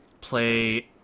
play